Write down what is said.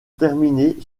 terminer